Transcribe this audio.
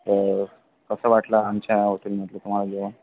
तर कसं वाटलं आमच्या हॉटेलमधंल तुम्हाला जेवण